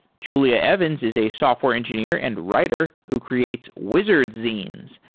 julia evans is a software engineer and writer who creates wizard zines,